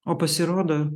o pasirodo